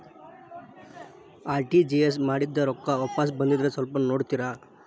RTGS ಮಾಡಿದ್ದೆ ರೊಕ್ಕ ವಾಪಸ್ ಬಂದದ್ರಿ ಸ್ವಲ್ಪ ನೋಡ್ತೇರ?